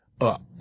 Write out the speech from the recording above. up